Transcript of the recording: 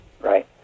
right